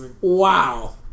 Wow